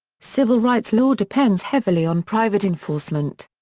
civil rights law depends heavily on private enforcement.